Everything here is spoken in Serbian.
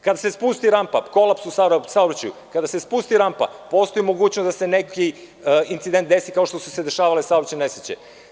Kad se spusti rampa, kolaps u saobraćaju, kada se spusti rampa postoji mogućnost da se neki incident desi kao što su se dešavale saobraćajne nesreće.